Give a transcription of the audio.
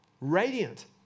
radiant